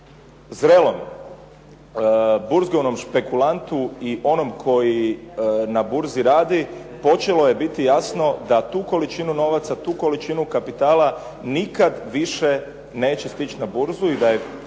zrelom burzovnom špekulantu i onom koji na burzi radi počelo je biti jasno da tu količinu novaca, tu količinu kapitala nikad više neće stići na burzu i da je